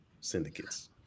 syndicates